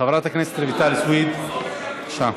חברת הכנסת רויטל סויד, בבקשה.